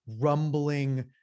rumbling